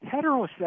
heterosexual